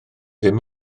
ddim